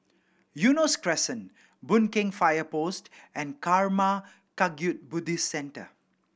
Eunos Crescent Boon Keng Fire Post and Karma Kagyud Buddhist Centre